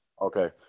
Okay